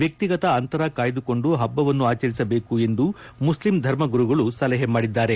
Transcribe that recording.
ವ್ಯಕ್ತಿಗತ ಅಂತರ ಕಾಯ್ದುಕೊಂಡು ಹಬ್ಬವನ್ನು ಆಚರಿಸಬೇಕು ಎಂದು ಮುಸ್ಲಿಂ ಧರ್ಮಗುರುಗಳು ಸಲಹೆ ಮಾಡಿದ್ದಾರೆ